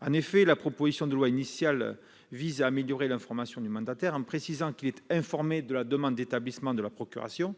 En effet, la proposition de loi initiale vise à améliorer l'information du mandataire, en précisant qu'il est informé de la demande d'établissement de la procuration